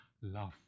love